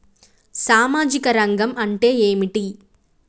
సామాజిక రంగం అంటే ఏమిటి?